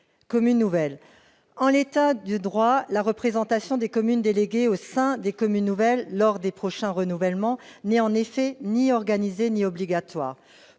communes nouvelles. En l'état du droit, la représentation des communes déléguées au sein des communes nouvelles à l'occasion des prochains renouvellements n'est, en effet, ni organisée ni obligatoire.